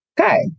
Okay